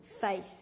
faith